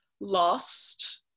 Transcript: lost